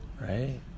right